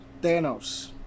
Thanos